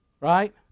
Right